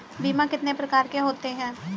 बीमा कितने प्रकार के होते हैं?